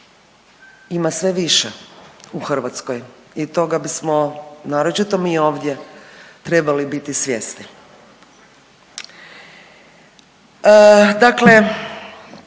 ima sve u Hrvatskoj i toga bismo naročito mi ovdje trebali biti svjesni. Dakle,